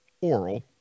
oral